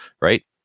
right